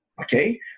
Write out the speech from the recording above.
Okay